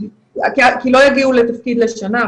הם לא יגיעו לתפקיד לשנה,